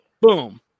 Boom